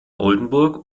oldenburg